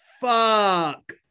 Fuck